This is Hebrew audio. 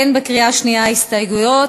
אין בקריאה השנייה הסתייגויות,